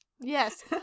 Yes